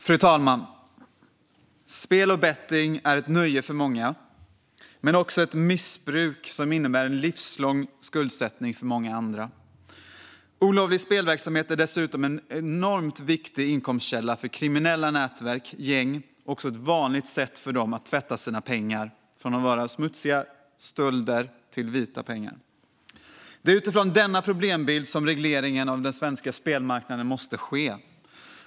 Fru talman! Spel och betting är ett nöje för många, men också ett missbruk som innebär en livslång skuldsättning för många andra. Olovlig spelverksamhet är dessutom en enormt viktig inkomstkälla för kriminella nätverk och gäng och ett vanligt sätt för dem att sina tvätta sina smutsiga pengar från sådant som stölder till vita pengar. Det är utifrån denna problembild som regleringen av den svenska spelmarknaden måste ske.